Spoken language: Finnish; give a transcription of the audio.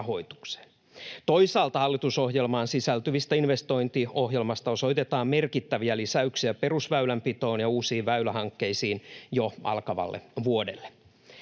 Toisaalta hallitusohjelmaan sisältyvästä investointiohjelmasta osoitetaan merkittäviä lisäyksiä perusväylänpitoon ja uusiin väylähankkeisiin jo alkavalle vuodelle.